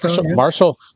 marshall